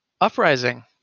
Uprising